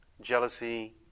jealousy